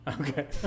Okay